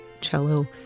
cello